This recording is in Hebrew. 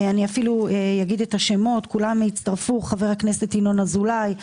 אומר את השמות כולם הצטרפו - חברי הכנסת ינון אזולאי,